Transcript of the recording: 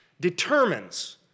determines